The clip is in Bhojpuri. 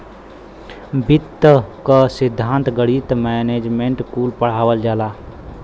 वित्त क सिद्धान्त, गणित, मैनेजमेंट कुल पढ़ावल जाला